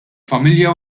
familja